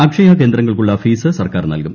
അക്ഷയ കേന്ദ്രങ്ങൾക്കുള്ള ഫീസ് സർക്കാർ നൽകും